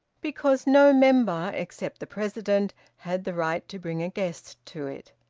because no member, except the president, had the right to bring a guest to it.